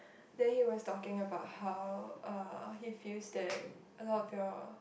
then he was talking about how uh he feels that a lot of your